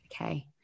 okay